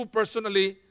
personally